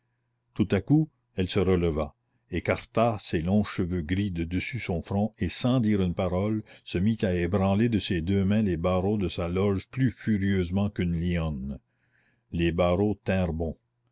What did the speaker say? tout à coup elle se releva écarta ses longs cheveux gris de dessus son front et sans dire une parole se mit à ébranler de ses deux mains les barreaux de sa loge plus furieusement qu'une lionne les barreaux